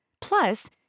Plus